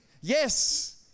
Yes